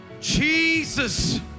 Jesus